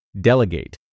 delegate